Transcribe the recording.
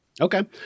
Okay